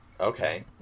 Okay